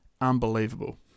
Unbelievable